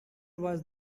was